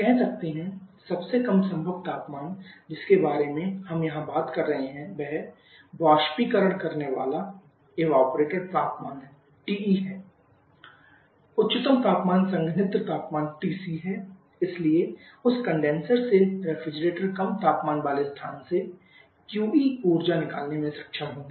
कह सकते हैं सबसे कम संभव तापमान जिसके बारे में हम यहां बात कर रहे हैं वह बाष्पीकरण करनेवाला तापमान TE है उच्चतम तापमान संघनित्र तापमान TC है इसलिए उस कंडेनसर से रेफ्रिजरेंट कम तापमान वाले स्थान से QE ऊर्जा निकालने में सक्षम होंगे